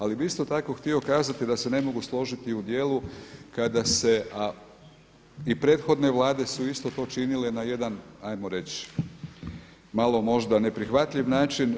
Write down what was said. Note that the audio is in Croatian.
Ali bih isto tako htio kazati da se ne mogu složiti u dijelu kada se, a i prethodne Vlade su isto to činile na jedan hajmo reći malo možda neprihvatljiv način.